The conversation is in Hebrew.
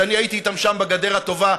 שאני הייתי איתן שם בגדר הטובה,